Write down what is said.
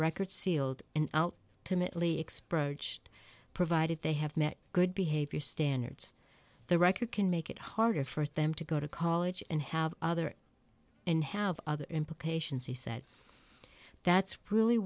record sealed and out timidly express provided they have met good behavior standards the record can make it harder for them to go to college and have other and have other implications he said that's really